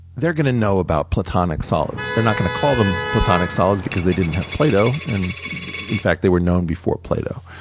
they're gonna know about platonic solids. they're not gonna call them platonic solids because they didn't have plato, and in fact, they were known before plato.